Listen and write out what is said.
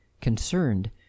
concerned